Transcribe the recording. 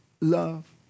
love